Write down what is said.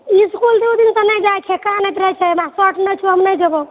इसकुल दू दिनसँ नहि जाइ छै कानैत रहै छै हमरा शर्ट नहि छौ हम नहि जेबौ